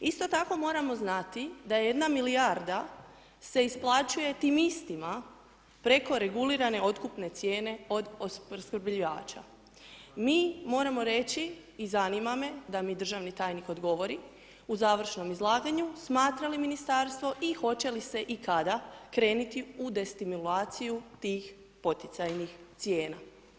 Isto tako moramo znati da jedna milijarda se isplaćuje tim istima preko regulirane otkupne cijene od opskrbljivača. mi moramo reći i zanima me da mi državni tajnik odgovori u završnom izlaganju, smatra li ministarstvo i hoće li se i kada krenuti u destimulaciju tih poticajnih cijena?